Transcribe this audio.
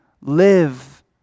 live